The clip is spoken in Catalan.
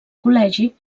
col·legi